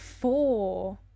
four